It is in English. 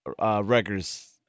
records